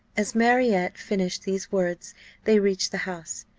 as marriott finished these words they reached the house,